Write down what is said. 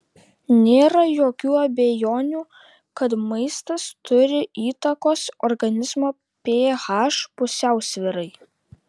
nėra jokių abejonių kad maistas turi įtakos organizmo ph pusiausvyrai